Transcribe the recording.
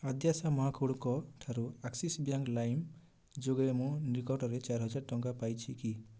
ଆଦ୍ୟାଶା ମହାକୁଡ଼ଙ୍କ ଠାରୁ Axis bank ଲାଇମ୍ ଯୋଗେ ମୁଁ ନିକଟରେ ଚାରି ହଜାର ଟଙ୍କା ପାଇଛି କି